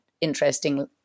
interesting